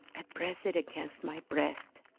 i press it against my breast,